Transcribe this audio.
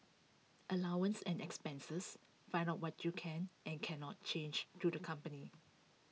allowance and expenses find out what you can and cannot change to the company